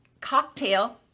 cocktail